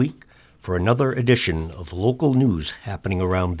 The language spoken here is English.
week for another edition of local news happening around